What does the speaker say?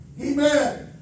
Amen